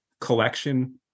collection